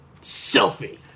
selfie